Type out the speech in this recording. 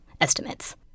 estimates